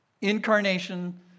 Incarnation